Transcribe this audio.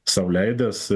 sau leidęs